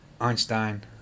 Einstein